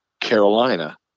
Carolina